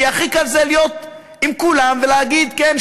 כי הכי קל זה להיות עם כולם ולהגיד: כן,